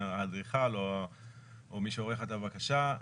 האדריכל או מי שעורך את הבקשה,